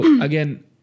again